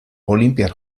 olinpiar